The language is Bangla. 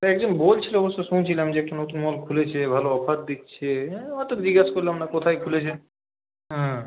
তাই একজন বলছিল অবশ্য শুনছিলাম যে একটা নতুন মল খুলেছে ভালো অফার দিচ্ছে হ্যাঁ অতো জিজ্ঞাস করলাম না কোথায় খু্লেছে হ্যাঁ